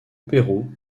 pérou